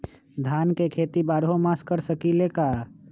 धान के खेती बारहों मास कर सकीले का?